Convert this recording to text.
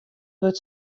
wurdt